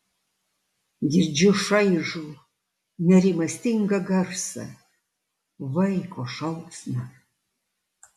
girdžiu šaižų nerimastingą garsą vaiko šauksmą